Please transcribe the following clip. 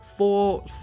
Four